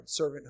servanthood